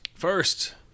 First